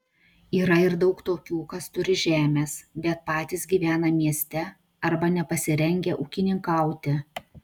yra ir daug tokių kas turi žemės bet patys gyvena mieste arba nepasirengę ūkininkauti